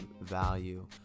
value